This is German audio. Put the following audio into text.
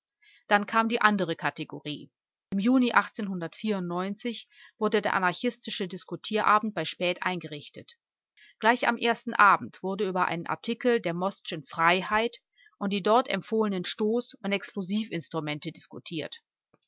dann kam die andere kategorie im juni wurde der anarchistische diskutierabend bei späth eingerichtet gleich am ersten abend wurde über einen artikel der mostschen freiheit und die dort empfohlenen stoß und explosivinstrumente diskutiert